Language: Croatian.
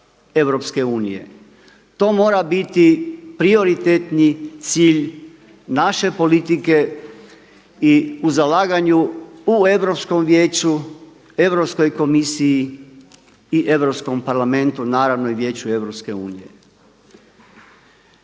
To mora biti prioritetni cilj naše politike i u zalaganju u Europskom vijeću, Europskoj komisiji i Europskom parlamentu naravno i Vijeću EU.